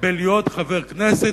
בלהיות חבר כנסת,